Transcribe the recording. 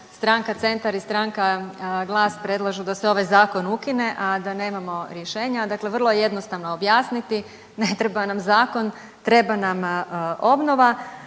Stranka Centar i Stranka Glas predlažu da se ovaj Zakon ukine a da nemamo rješenja dakle, vrlo je jednostavno objasniti. Ne treba nam zakon. Treba nam obnova.